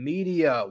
Media